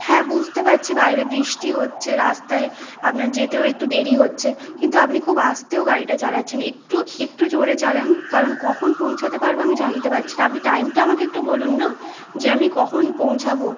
হ্যাঁ বুঝতে পারছি বাইরে বৃষ্টি হচ্ছে রাস্তায় আপনার যেতেও একটু দেরি হচ্ছে কিন্তু আপনি খুব আস্তেও গাড়িটা চালাচ্ছেন একটু একটু জোরে চালান কারণ কখন পৌঁছাতে পারবো আমি জানতে পারছি না আপনি টাইমটা আমাকে একটু বলুন না যে আমি কখন পৌঁছাবো